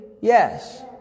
Yes